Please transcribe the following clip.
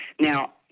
Now